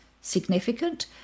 significant